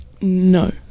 No